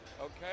okay